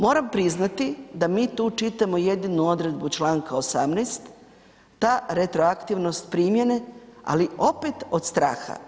Moram priznati da mi tu čitamo jedinu odredbu čl. 18. ta retroaktivnost primjene, ali opet od straha.